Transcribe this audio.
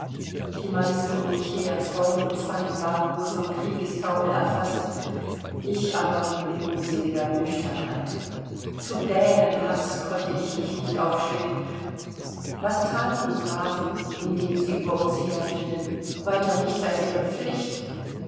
die meisten um mich her freund und feind waren wohl vom kriegstaumel erfaßt ich aber blieb in unseliger nüchternheit zu dänenhaß konnte ich mich nicht aufschwingen was thaten die braven indem sie über uns herfielen weiter nichts als ihre pflicht